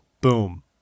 Boom